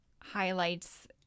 highlights